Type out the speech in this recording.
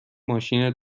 ماشین